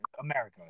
America